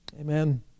Amen